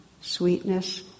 sweetness